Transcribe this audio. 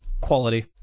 quality